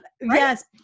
Yes